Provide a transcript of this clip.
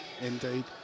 Indeed